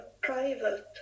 private